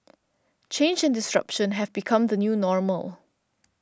change and disruption have become the new normal